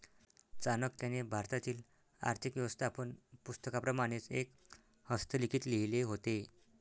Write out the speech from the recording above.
चाणक्याने भारतातील आर्थिक व्यवस्थापन पुस्तकाप्रमाणेच एक हस्तलिखित लिहिले होते